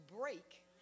break